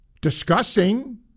discussing